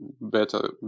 better